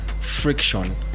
friction